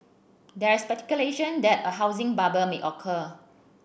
there is speculation that a housing bubble may occur